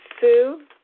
Sue